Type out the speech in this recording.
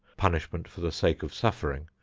punishment for the sake of suffering,